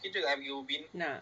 nak